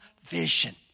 vision